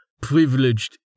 privileged